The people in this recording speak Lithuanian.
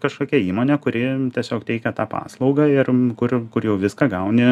kažkokia įmonė kuri tiesiog teikia tą paslaugą ir kur kur jau viską gauni